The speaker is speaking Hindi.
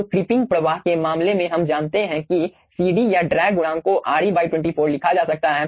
तो क्रीपिंग प्रवाह के मामले में हम जानते हैं कि CDया ड्रैग गुणांक को Re 24 लिखा जा सकता है